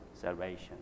salvation